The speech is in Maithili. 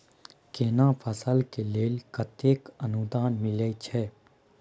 केना फसल के लेल केतेक अनुदान मिलै छै?